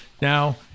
Now